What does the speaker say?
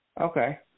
Okay